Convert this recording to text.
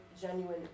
genuine